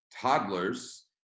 toddlers